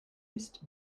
ist